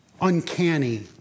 uncanny